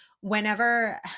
whenever